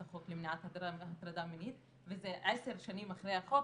החוק למניעת הטרדה מינית וזה 10 שנים אחרי החוק,